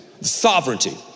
sovereignty